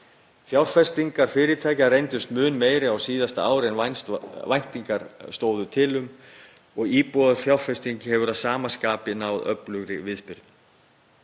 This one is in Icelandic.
Fjárfestingar fyrirtækja reyndust mun meiri á síðasta ári en væntingar stóðu til um og íbúðafjárfesting hefur að sama skapi náð öflugri viðspyrnu.